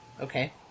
Okay